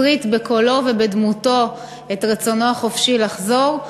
מסריט בקולו ובדמותו את רצונו החופשי לחזור,